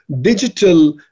Digital